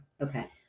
Okay